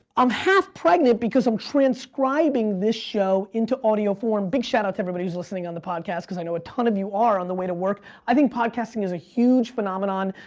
i'm half-pregnant because i'm transcribing this show into audio form. big shout out to everybody who's listening on the podcast cause i know a ton of you are on the way to work. i think podcasting is a huge phenomenon.